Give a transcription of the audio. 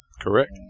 Correct